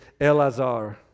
Elazar